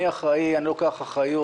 אני לוקח אחריות.